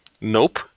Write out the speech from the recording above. Nope